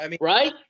Right